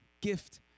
gift